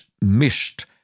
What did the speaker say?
missed